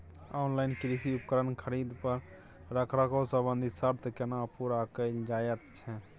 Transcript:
Online कृषि उपकरण खरीद पर रखरखाव संबंधी सर्त केना पूरा कैल जायत छै?